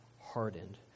hardened